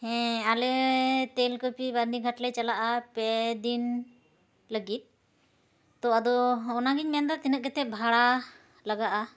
ᱦᱮᱸ ᱟᱞᱮ ᱛᱮᱞᱠᱟᱹᱯᱤ ᱵᱟᱨᱱᱤ ᱜᱷᱟᱴᱞᱮ ᱪᱟᱞᱟᱜᱼᱟ ᱯᱮᱫᱤᱱ ᱞᱟᱹᱜᱤᱫ ᱛᱳ ᱟᱫᱚ ᱚᱱᱟᱜᱮᱧ ᱢᱮᱱᱫᱟ ᱛᱤᱱᱟᱹᱜ ᱠᱟᱛᱮᱫ ᱵᱷᱟᱲᱟ ᱞᱟᱜᱟᱼᱟ